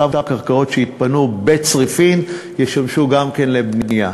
גם אותן קרקעות שיתפנו בצריפין ישמשו לבנייה.